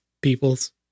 peoples